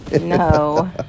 No